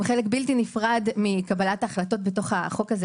חלק בלתי נפרד מקבלת ההחלטות בחוק זה.